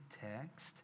text